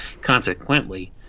Consequently